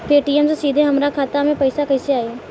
Paytm से सीधे हमरा खाता मे पईसा कइसे आई?